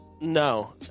No